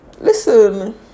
Listen